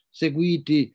seguiti